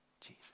Jesus